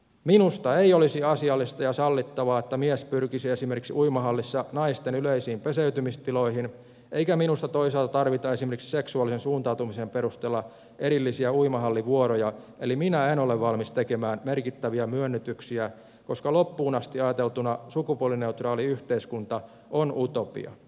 minusta ei olisi asiallista ja sallittavaa että mies pyrkisi esimerkiksi uimahallissa naisten yleisiin peseytymistiloihin eikä minusta toisaalta tarvita esimerkiksi seksuaalisen suuntautumisen perusteella erillisiä uimahallivuoroja eli minä en ole valmis tekemään merkittäviä myönnytyksiä koska loppuun asti ajateltuna sukupuolineutraali yhteiskunta on utopia